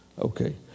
Okay